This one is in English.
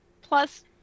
Plus